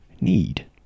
need